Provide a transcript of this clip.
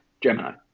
Gemini